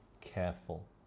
careful